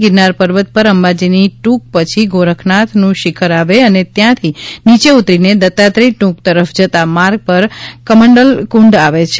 ગિરનાર પર્વત પર અંબાજીની ટૂક પછી ગોરખનાથનું શિખર આવે અને ત્યાંથી નીચે ઉતરીને દત્તાત્રેય ટૂક તરફ જતાં માર્ગ પર કમંડલ કુંડ આવે છે